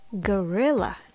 Gorilla